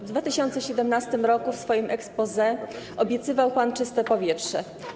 W 2017 r. w swoim exposé obiecywał pan czyste powietrze.